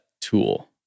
tool